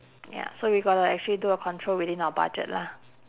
ya so we gotta actually do a control within our budget lah